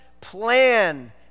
plan